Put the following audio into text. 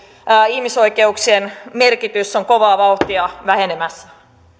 ihmisoikeuksien merkitys on kovaa vauhtia vähenemässä